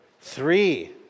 Three